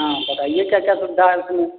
हाँ बताइए क्या क्या सुविधा है उसमें